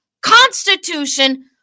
Constitution